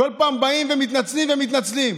כל פעם באים ומתנצלים ומתנצלים.